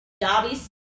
Dobby